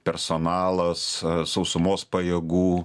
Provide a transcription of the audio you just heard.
personalas sausumos pajėgų